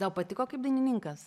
tau patiko kaip dainininkas